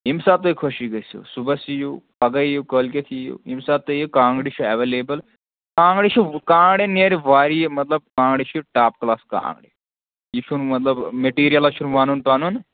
ییٚمہِ ساتہٕ تۄہہِ خُشی گژھِوٕ صُبَحس یِیِو پَگاہ یِیِو کٲلۍکیٚتھ یِیِو ییٚمہِ ساتہٕ تُہۍ یِیِو کانٛگٕرِ چھِ ایویلیبٕل کانٛگٕرِ چھِ کانٛگٕریَن نیرِ واریاہ مطلب کانٛگٕرِ چھِ ٹاپ کَلاس کانٛگٕرِ یہِ چھُنہٕ مطلب مِٹیٖریَلَس چھُنہٕ وَنُن پَنُن